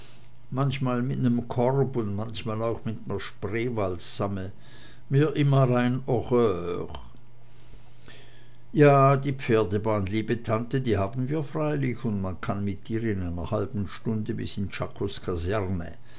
manchmal mit nem korb und manchmal auch mit ner spreewaldsamme mir immer ein horreur ja die pferdebahn liebe tante die haben wir freilich und man kann mit ihr in einer halben stunde bis in czakos kaserne